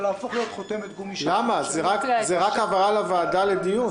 תודה רבה, אדוני היושב-ראש.